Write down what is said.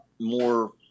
more